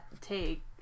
take